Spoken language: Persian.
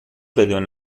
بدون